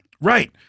Right